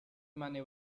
money